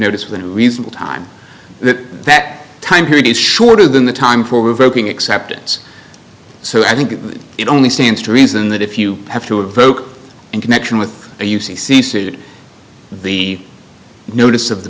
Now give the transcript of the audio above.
notice when reasonable time that that time period is shorter than the time for revoking acceptance so i think it only stands to reason that if you have to invoke in connection with a u c c suit the notice of the